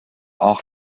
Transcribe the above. auch